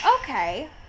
okay